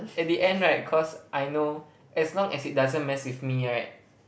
at the end right cause I know as long as it doesn't mess with me right